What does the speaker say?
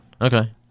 Okay